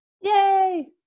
yay